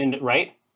right